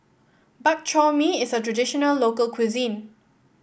Bak Chor Mee is a traditional local cuisine